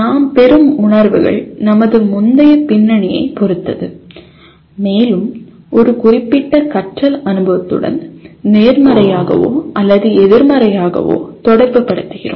நாம் பெறும் உணர்வுகள் நமது முந்தைய பின்னணியைப் பொறுத்தது மேலும் ஒரு குறிப்பிட்ட கற்றல் அனுபவத்துடன் நேர்மறையாகவோ அல்லது எதிர்மறையாகவோ தொடர்புபடுத்துகிறோம்